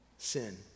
sin